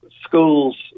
schools